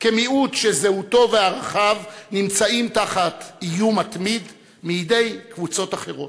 כמיעוט שזהותו וערכיו נמצאים תחת איום מתמיד מידי קבוצות אחרות.